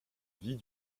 vie